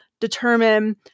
determine